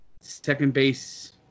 second-base